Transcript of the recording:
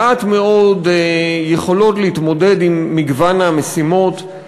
מעט מאוד יכולות להתמודד עם מגוון המשימות.